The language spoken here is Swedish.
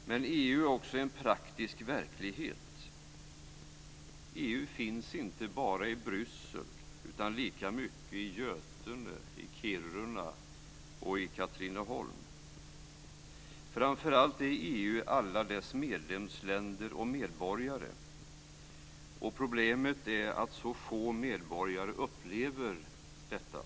Men EU är också en praktisk verklighet. EU finns inte bara i Bryssel, utan lika mycket i Götene, Kiruna och i Katrineholm. Framför allt är EU alla dess medlemsländer och medborgare. Problemet är att så få medborgare upplever detta.